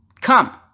Come